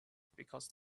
because